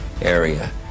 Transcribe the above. area